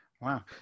Wow